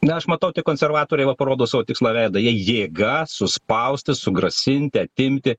na aš matau tik konservatoriai va parodo savo tikslų veidą jie jėga suspausti sugrasinti atimti